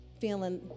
feeling